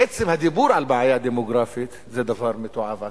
עצם הדיבור על בעיה דמוגרפית זה דבר מתועב בעצמו.